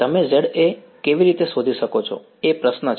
તમે Za કેવી રીતે શોધી શકો છો એ પ્રશ્ન છે